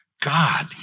God